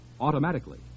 automatically